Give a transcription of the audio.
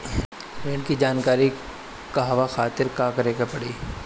ऋण की जानकारी के कहवा खातिर का करे के पड़ी?